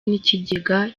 n’ikigega